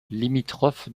limitrophe